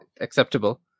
acceptable